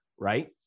right